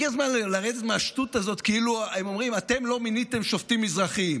הגיע הזמן לרדת מהשטות הזאת שהם אומרים: אתם לא מיניתם שופטים מזרחים,